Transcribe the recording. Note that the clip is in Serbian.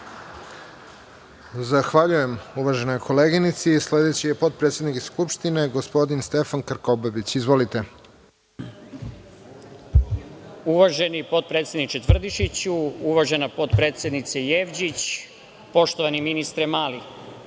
Zahvaljujem uvaženoj koleginici. Sledeći je potpredsednik Skupštine, gospodin Stefan Krkobabić. Izvolite. **Stefan Krkobabić** Uvaženi potpredsedniče Tvrdišiću, uvažena potpredsednice Jevđić, poštovani ministre Mali,